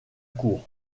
cour